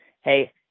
hey